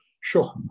sure